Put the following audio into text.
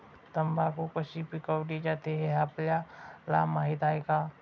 तंबाखू कशी पिकवली जाते हे आपल्याला माहीत आहे का?